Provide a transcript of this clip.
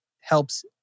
helps